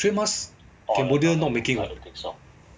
three M masks cambodia not making [what]